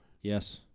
Yes